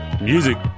Music